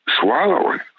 swallowing